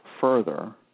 further